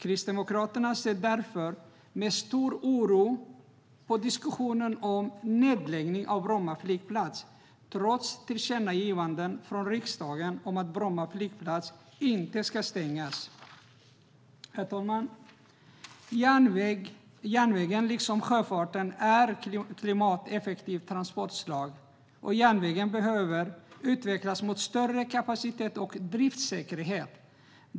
Kristdemokraterna ser därför med stor oro på diskussionen om nedläggning av Bromma flygplats, trots tillkännagivanden från riksdagen om att Bromma flygplats inte ska stängas. Järnvägen är liksom sjöfarten ett klimateffektivt transportslag. Järnvägen behöver utvecklas mot större kapacitet och driftssäkerhet.